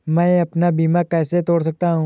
मैं अपना बीमा कैसे तोड़ सकता हूँ?